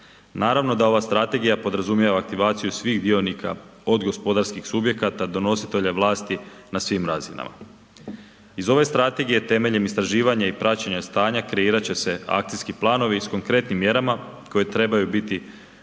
Naravno da ova strategija podrazumijeva aktivaciju svih dionika, od gospodarskih subjekata do nositelja vlasti na svim razinama. Iz ove Strategije temeljem istraživanja i praćenja stanja kreirat će se Akcijski planovi s konkretnim mjerama koje trebaju biti